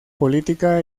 política